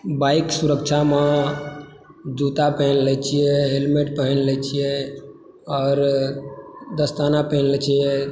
bike सुरक्षामे जूता पहिर लैत छियै हेलमेट पहिर लैत छियै आओर दस्ताना पहिर लैत छियै